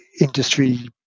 industry